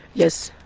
yes.